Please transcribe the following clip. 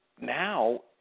now